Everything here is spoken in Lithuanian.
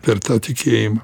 per tą tikėjimą